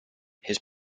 his